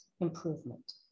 improvement